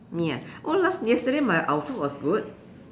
me ah oh last yesterday my our food was good